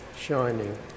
shining